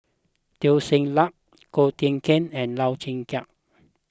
Teo Ser Luck Ko Teck Kin and Lau Chiap Khai